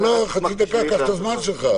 קח את הזמן שלך.